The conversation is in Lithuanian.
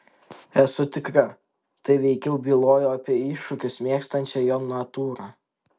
esu tikra tai veikiau bylojo apie iššūkius mėgstančią jo natūrą